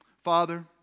Father